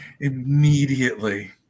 immediately